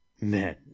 Men